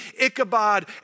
Ichabod